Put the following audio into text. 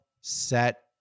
set